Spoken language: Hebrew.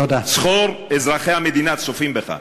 זכור, אזרחי המדינה צופים בך.